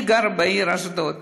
אני גרה בעיר אשדוד,